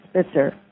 Spitzer